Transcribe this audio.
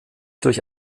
durch